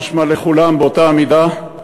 משמע לכולם באותה המידה,